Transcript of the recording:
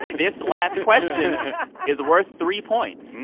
this last question yeah is worth three points.